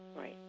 Right